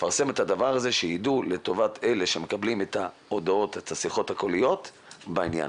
לפרסם את הדבר הזה שיידעו לטובת אלה שמקבלים את השיחות הקוליות בעניין.